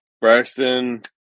Braxton